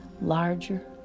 larger